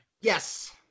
Yes